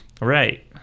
Right